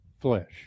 flesh